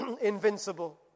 invincible